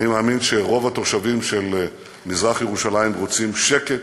אני מאמין שרוב התושבים של מזרח-ירושלים רוצים שקט,